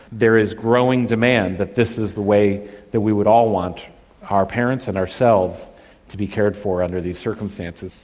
there is growing demand that this is the way that we would all want our parents and ourselves to be cared for under these circumstances.